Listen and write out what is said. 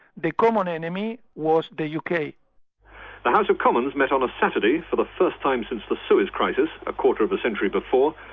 the common enemy was the yeah uk. the house of commons met on a saturday for the first time since the suez crisis a quarter of a century before,